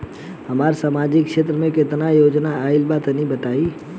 हमरा समाजिक क्षेत्र में केतना योजना आइल बा तनि बताईं?